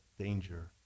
danger